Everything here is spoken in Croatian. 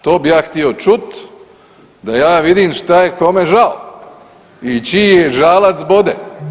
To bi ja htio čuti, da ja vidim šta je kome žao i čiji je žalac bode.